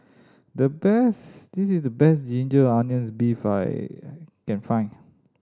the best this is the best ginger onions beef I can find